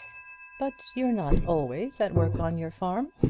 but you're not always at work on your farm?